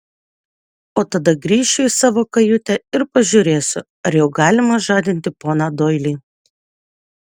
o tada grįšiu į savo kajutę ir pažiūrėsiu ar jau galima žadinti poną doilį